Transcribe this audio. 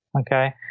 okay